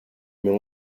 mais